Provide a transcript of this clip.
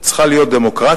צריכה להיות דמוקרטית,